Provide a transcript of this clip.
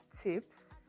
tips